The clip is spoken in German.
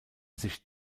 sich